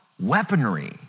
weaponry